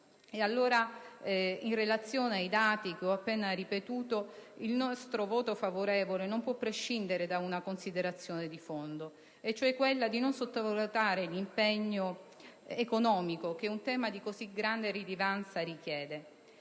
Ed allora, in relazione ai dati che ho appena riportato, il nostro voto favorevole non può prescindere da una considerazione di fondo, cioè quella di non sottovalutare l'impegno economico che un tema di così grande rilevanza richiede.